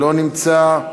לא נמצא,